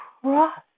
cross